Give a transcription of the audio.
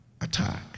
attack